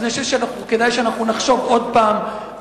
אז אני חושב שכדאי שאנחנו נחשוב עוד פעם,